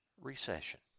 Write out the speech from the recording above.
recession